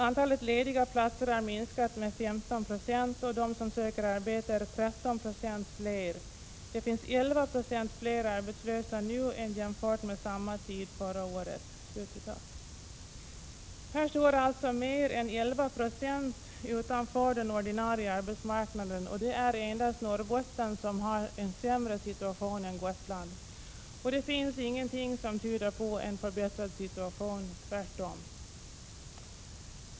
Antalet lediga platser har minskat med 15 26 och de som söker arbete är 13 2 fler. Det finns 11 2 fler arbetslösa nu jämfört med samma tid förra året. Här står alltså mer än 11 96 utanför den ordinarie arbetsmarknaden, och det är endast Norrbotten som har en sämre situation än Gotland. Det finns inget som tyder på en förbättrad situation, tvärtom.